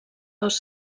dos